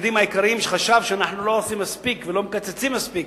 שחשב שאנחנו לא עושים מספיק ולא מקצצים מספיק,